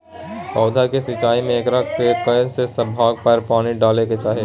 पौधों की सिंचाई में एकर केना से भाग पर पानी डालय के चाही?